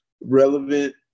relevant